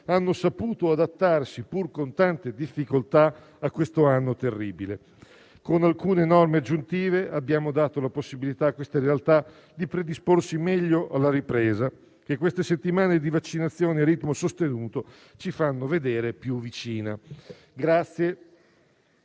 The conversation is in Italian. hanno saputo adattarsi, pur con tante difficoltà, a questo anno terribile. Con alcune norme aggiuntive abbiamo dato la possibilità a questa realtà di predisporsi meglio alla ripresa, che queste settimane di vaccinazione a ritmo sostenuto ci fanno vedere più vicina.